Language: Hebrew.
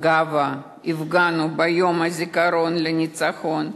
בגאווה הפגנו ביום הזיכרון לניצחון.